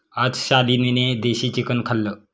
आज शालिनीने देशी चिकन खाल्लं